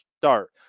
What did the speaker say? start